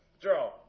draw